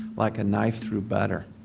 like a knife through butter.